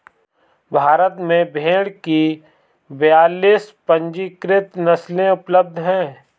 भारत में भेड़ की बयालीस पंजीकृत नस्लें उपलब्ध हैं